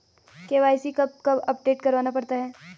KYC कब कब update करवाना पड़ता है?